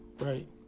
Right